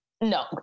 No